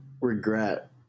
regret